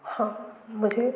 हाँ मुझे